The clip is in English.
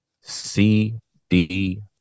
C-D-